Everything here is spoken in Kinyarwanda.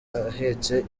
ahetse